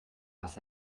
was